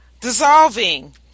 Dissolving